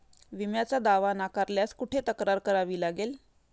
विम्याचा दावा नाकारल्यास कुठे तक्रार करावी लागेल?